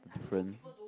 different